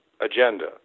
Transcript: agenda